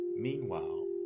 Meanwhile